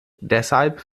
deshalb